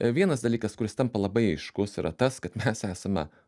vienas dalykas kuris tampa labai aiškus yra tas kad mes esame